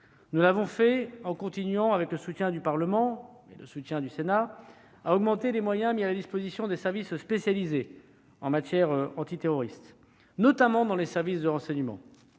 Nous l'avons fait en continuant- avec le soutien du Parlement et, en particulier, celui du Sénat -à augmenter les moyens mis à la disposition des services spécialisés en matière de lutte antiterroriste, notamment les services de renseignement.